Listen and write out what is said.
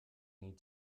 need